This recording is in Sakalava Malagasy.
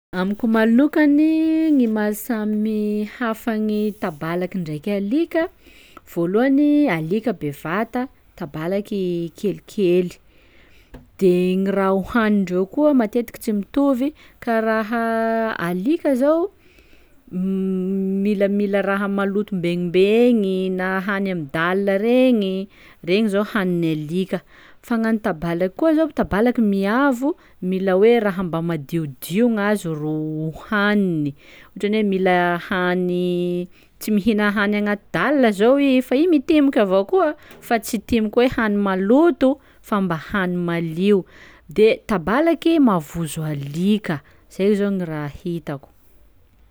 Amiko manokany gny mahasamy hafa gny tabalaky ndraiky alika: voalohany, alika bevata, tabalaky kelikely; de gny raha hanindreo koa matetiky tsy mitovy karaha alika zao milamila raha maloto mbenimbegny na hany amy dalle regny, regny zao hanin'ny alika, fa gn'an'ny tabalaky koa zao tabalaky miavo mila hoe raha mba madiodio gn'azy rô haniny, ohatran' ny hoe mila hany tsy mihina hany agnaty dalle zao i fa i mitimiky avao koa, fa tsy hitimiky hoe hany maloto fa mba hany malio, de tabalaky mavozo alika, zay zao gny raha hitako.